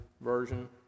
Version